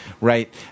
right